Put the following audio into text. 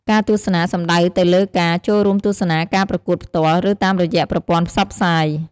ការទស្សនាសំដៅទៅលើការ ចូលរួមទស្សនាការប្រកួតផ្ទាល់ ឬតាមរយៈប្រព័ន្ធផ្សព្វផ្សាយ។